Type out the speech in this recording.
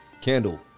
candle